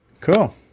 Cool